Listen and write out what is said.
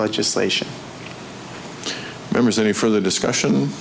legislation members any further discussion